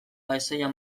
paisaia